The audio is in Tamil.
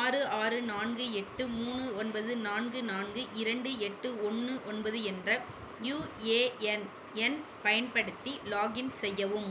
ஆறு ஆறு நான்கு எட்டு மூணு ஒன்பது நான்கு நான்கு இரண்டு எட்டு ஒன்று ஒன்பது என்ற யுஏஎன் எண் பயன்படுத்தி லாக்இன் செய்யவும்